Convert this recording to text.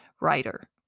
writer